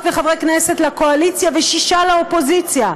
וחברי כנסת לקואליציה ושישה לאופוזיציה.